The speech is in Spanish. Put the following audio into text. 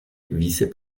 vice